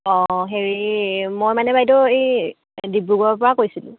অঁ হেৰি মই মানে বাইদেউ এই ডিব্ৰুগড়ৰপৰা কৈছিলোঁ